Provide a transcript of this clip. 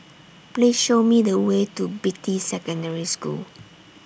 Please Show Me The Way to Beatty Secondary School